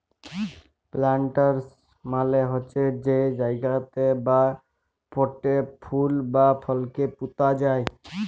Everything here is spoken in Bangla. প্লান্টার্স মালে হছে যে জায়গাতে বা পটে ফুল বা ফলকে পুঁতা যায়